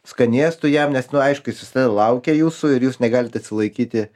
skanėstu jam nes nu aišku jis visada laukia jūsų ir jūs negalit atsilaikyti